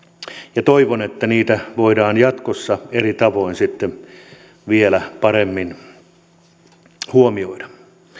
ja toivon että niitä voidaan jatkossa eri tavoin sitten vielä paremmin huomioida